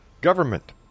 government